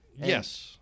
Yes